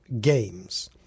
games